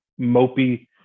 mopey